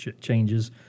changes